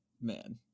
Man